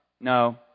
no